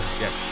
Yes